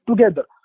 together